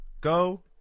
go